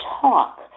talk